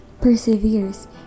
perseveres